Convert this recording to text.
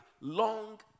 long